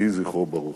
יהי זכרו ברוך.